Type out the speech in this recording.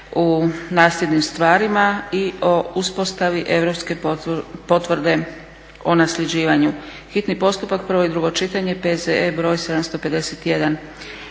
u nasljednim stvarima i o uspostavi europske potvrde o nasljeđivanju, hitni postupak, prvo i drugo čitanje, P.Z.E. br. 751